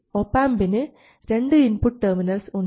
ഒപാംപിന് 2 input terminals ഉണ്ട്